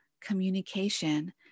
communication